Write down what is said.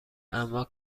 اما